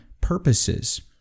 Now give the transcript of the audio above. purposes